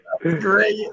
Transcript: great